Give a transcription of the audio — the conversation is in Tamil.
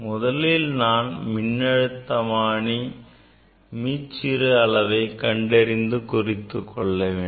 முதலில் நான் மின்னழுத்தமானி மீச்சிறு அளவை கண்டறிந்து குறித்துக்கொள்ள வேண்டும்